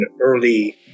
early